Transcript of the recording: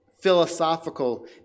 philosophical